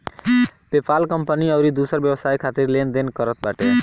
PayPal company अउरी दूसर व्यवसाय खातिर लेन देन करत बाटे